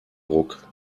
ruck